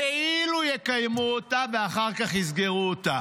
כאילו יקיימו אותה ואחר כך יסגרו אותה.